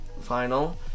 final